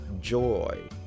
joy